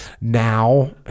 now